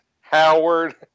Howard